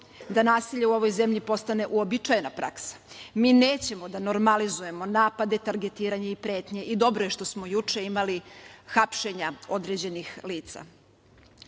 da nasilje u ovoj zemlji postane uobičajena praksa. Mi nećemo da normalizujemo napade, targetiranje i pretnje i dobro je što smo juče imali hapšenja određenih lica. Gde